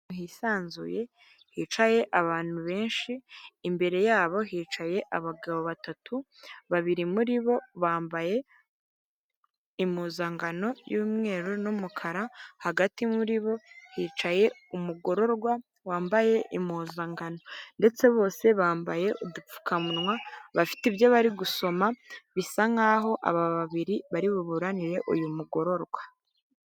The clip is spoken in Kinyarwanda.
Ahantu hisanzuye hicaye abantu benshi, imbere yabo hicaye abagabo batatu babiri muri bo bambaye impuzangano y'umweru n'umukara hagati muri bo hicaye umugororwa wambaye impuzangano ndetse bose bambaye udupfukamunwa bafite ibyo bari gusoma bisa nkaho aba babiri bari buburanire uyu mugororwa.